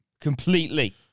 completely